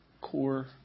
core